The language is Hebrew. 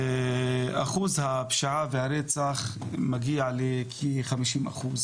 אחוז הפשיעה והרצח מגיע לכחמישים אחוז